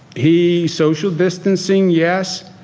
he. social distancing. yes.